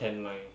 tan line